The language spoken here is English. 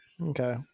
Okay